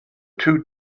two